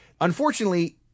Unfortunately